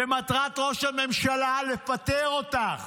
ומטרת ראש הממשלה לפטר אותך.